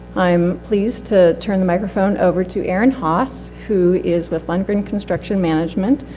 i am pleased to turn the microphone over to aaron haas, who is with lundgren construction management,